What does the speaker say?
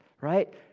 right